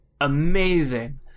amazing